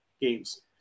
games